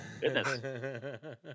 Goodness